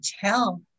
tell